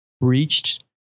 reached